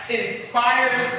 inspires